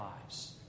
lives